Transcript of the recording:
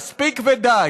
מספיק ודי.